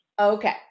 okay